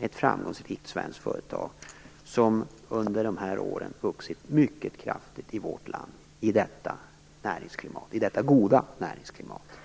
ett framgångsrikt svenskt företag, som under de här åren har vuxit mycket kraftigt i vårt land i detta goda näringsklimat.